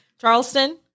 Charleston